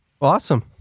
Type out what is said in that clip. Awesome